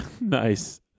Nice